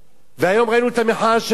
היום ראינו את המחאה של הקצינות,